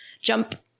jump